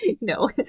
No